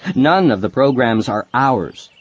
none of the programs are ours,